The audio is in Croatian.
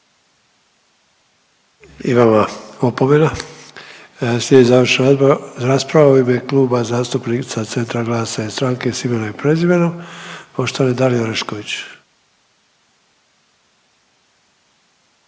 vama opomena. Slijedi završna rasprava u ime Kluba zastupnica Centra, GLAS-a i Stranke s imenom i prezimenom poštovane Dalije Orešković.